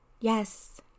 Yes